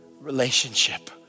relationship